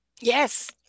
Yes